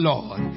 Lord